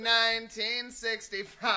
1965